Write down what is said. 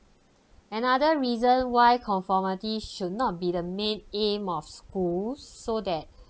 another reason why conformity should not be the main aim of schools so that